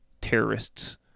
terrorists